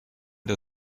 der